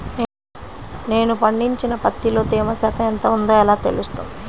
నేను పండించిన పత్తిలో తేమ శాతం ఎంత ఉందో ఎలా తెలుస్తుంది?